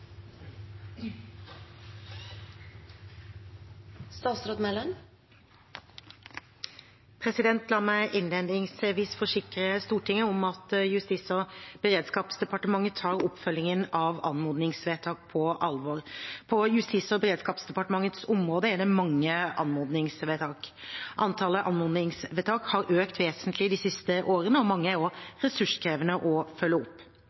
La meg innledningsvis forsikre Stortinget om at Justis- og beredskapsdepartementet tar oppfølgingen av anmodningsvedtak på alvor. På Justis- og beredskapsdepartementets område er det mange anmodningsvedtak. Antallet anmodningsvedtak har økt vesentlig de siste årene, og mange er ressurskrevende å følge opp.